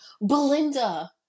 Belinda